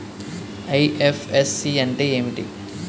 IFSC అంటే ఏమిటి?